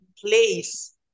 place